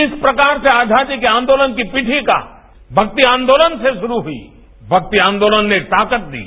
जिस प्रकार से आजादी के आंदोलन की पिठिका भक्ति आंदोलन से शुरू हुई भक्ति आंदोलन ने ताकत दी